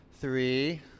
Three